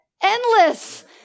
Endless